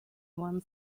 one